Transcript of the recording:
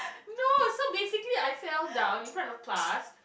no so basically I fell down in front of the class